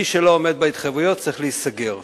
מי שלא עומד בהתחייבויות צריך להיסגר.